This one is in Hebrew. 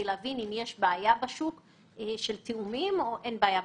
להבין אם יש בעיה של תיאומים או אין בעיה.